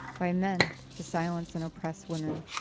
by men, to silence and oppress women.